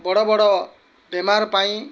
ବଡ଼ ବଡ଼ ବେମାର ପାଇଁ